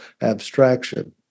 abstraction